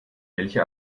welche